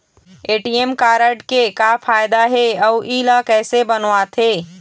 ATM card के का फायदा हे अऊ इला कैसे बनवाथे?